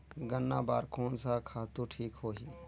गन्ना बार कोन सा खातु ठीक होही?